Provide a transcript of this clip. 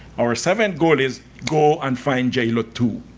our seventh goal is go and find j lo two.